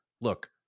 look